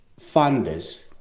funders